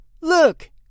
Look